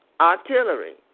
artillery